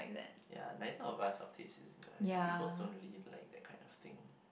ya neither of us our taste is uh ya we both don't really like that kind of thing